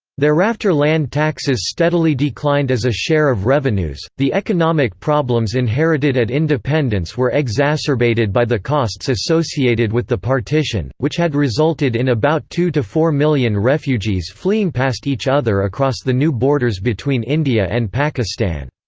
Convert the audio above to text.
thereafter land taxes steadily declined as a share of revenues the economic problems inherited at independence were exacerbated by the costs associated with the partition, which had resulted in about two to four million refugees fleeing past each other across the new borders between india and pakistan.